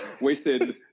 wasted